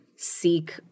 Seek